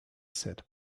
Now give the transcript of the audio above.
said